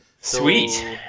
sweet